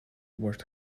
washed